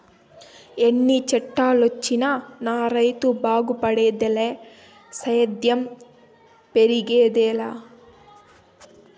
ఎన్ని చట్టాలొచ్చినా నా రైతు బాగుపడేదిలే సేద్యం పెరిగేదెలా